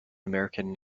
american